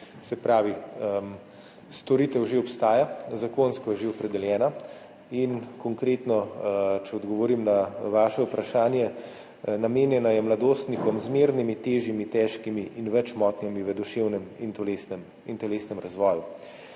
Se pravi, storitev že obstaja, zakonsko je že opredeljena. In če odgovorim konkretno na vaše vprašanje: namenjena je mladostnikom z zmernimi, težjimi, težkimi in več motnjami v duševnem in telesnem razvoju.